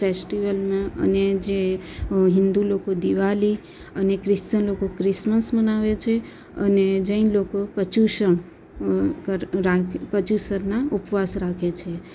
ફેસ્ટિવલમાં અને જે હિન્દુ લોકો દિવાળી અને ક્રિશ્ચન લોકો ક્રિસમસ મનાવે છે અને જૈન લોકો પર્યુષણ રાખે પર્યુષણના ઉપવાસ રાખે છે